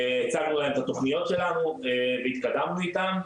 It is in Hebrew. הצגנו להם את התוכניות שלנו והתקדמנו איתם,